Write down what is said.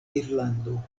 irlando